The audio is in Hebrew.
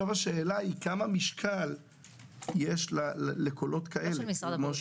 השאלה היא כמה משקל יש לקולות כאלה?